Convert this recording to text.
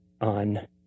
on